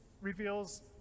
reveals